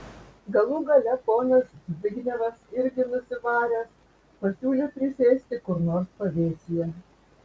galų gale ponas zbignevas irgi nusivaręs pasiūlė prisėsti kur nors pavėsyje